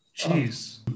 Jeez